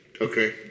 Okay